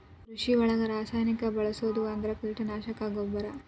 ಕೃಷಿ ಒಳಗ ರಾಸಾಯನಿಕಾ ಬಳಸುದ ಅಂದ್ರ ಕೇಟನಾಶಕಾ, ಗೊಬ್ಬರಾ